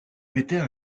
peter